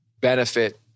benefit